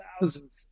thousands